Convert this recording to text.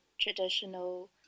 traditional